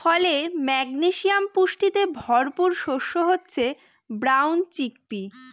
ফলে, ম্যাগনেসিয়াম পুষ্টিতে ভরপুর শস্য হচ্ছে ব্রাউন চিকপি